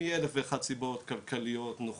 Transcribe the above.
מ-1001 סיבות, כלכליות, נוחות,